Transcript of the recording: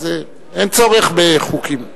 אין צורך בחוקים.